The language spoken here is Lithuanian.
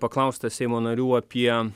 paklaustas seimo narių apie